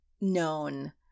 known